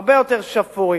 הרבה יותר שפוי,